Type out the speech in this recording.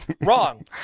Wrong